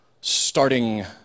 starting